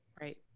Right